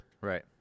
Right